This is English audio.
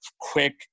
quick